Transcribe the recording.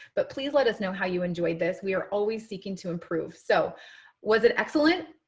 but please let us know how you enjoyed this. we are always seeking to improve. so was it excellent?